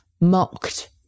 mocked